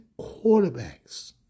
quarterbacks